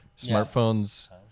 smartphones